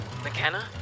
McKenna